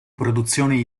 produzione